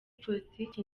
politiki